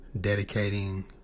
dedicating